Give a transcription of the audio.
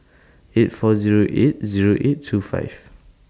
eight four Zero eight Zero eight two five